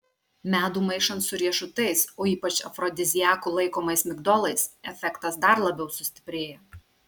medų maišant su riešutais o ypač afrodiziaku laikomais migdolais efektas dar labiau sustiprėja